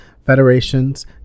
federations